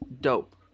dope